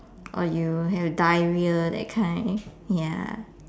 or you have diarrhoea that kind ya